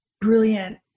brilliant